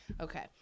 Okay